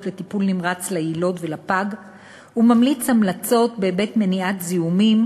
לטיפול נמרץ ליילוד ולפג וממליץ המלצות בהיבט של מניעת זיהומים,